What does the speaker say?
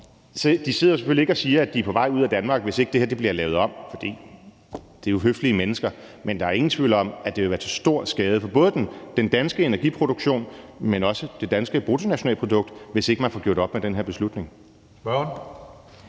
de sidder jo selvfølgelig ikke og siger, at de er på vej ud af Danmark, hvis det her ikke bliver lavet om, for det er jo høflige mennesker. Men der er ingen tvivl om, at det vil være til stor skade for både den danske energiproduktion, men også det danske bruttonationalprodukt, hvis ikke man får gjort op med den her beslutning.